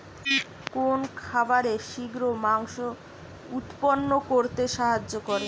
কোন খাবারে শিঘ্র মাংস উৎপন্ন করতে সাহায্য করে?